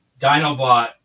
Dinobot